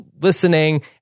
listening